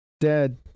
Dad